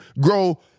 grow